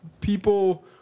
people